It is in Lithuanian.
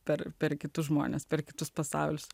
per per kitus žmones per kitus pasaulius